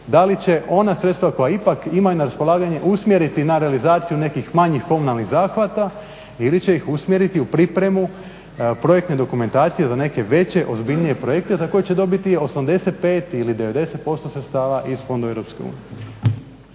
Da li će ona sredstva koja ipak imaju na raspolaganju usmjeriti na realizaciju nekih manjih komunalnih zahvata ili će ih usmjeriti u pripremu projektne dokumentacije za neke veće ozbiljnije projekte za koje će dobiti 85 ili 90% sredstava iz Fondova EU.